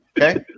okay